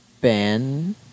Ben